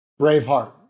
Braveheart